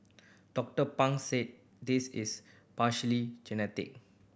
Doctor Pang said this is partly genetic